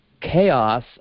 chaos